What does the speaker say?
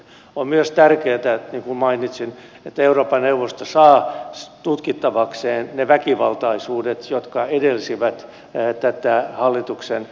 on myös tärkeätä niin kuin mainitsin että euroopan neuvosto saa tutkittavakseen ne väkivaltaisuudet jotka edelsivät tätä hallituksen vaihdosta